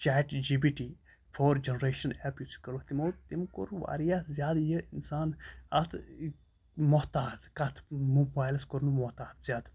chat G P T four generation app یُس یہِ تِمو تٔمۍ کوٚر واریاہ زیادٕ یہِ اِنسان اَتھ محتاط کَتھ مُبایلَس کوٚرُن محتاط زیادٕ